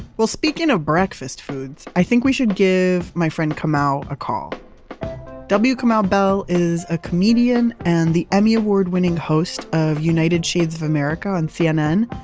well, speaking of breakfast foods, i think we should give my friend kamau a call w kamau bell is a comedian and the emmy award winning host of united shades of america on cnn.